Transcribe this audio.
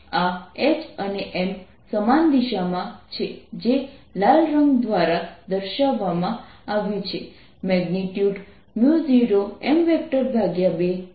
આ H અને M સમાન દિશામાં છે જે લાલ રંગ દ્વારા દર્શાવવામાં આવ્યું છે મેગ્નિટ્યુડ 0M2 છે